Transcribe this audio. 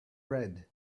red